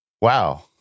Wow